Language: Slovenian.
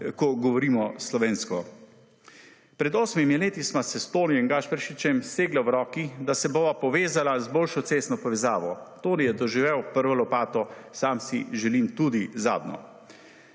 ko govorimo slovensko. Pred osmimi leti sva s Tonijem Gašperšičem segla v riki, da se bova povezala z boljšo cestno povezavo. Toni je doživel prvo lopato, sam si želim tudi zadnjo.